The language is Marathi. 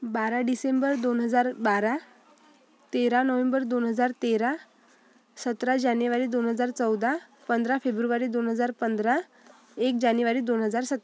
बारा डिसेंबर दोन हजार बारा तेरा नोहेंबर दोन हजार तेरा सतरा जानेवारी दोन हजार चौदा पंधरा फेब्रुवारी दोन हजार पंधरा एक जानेवारी दोन हजार सत्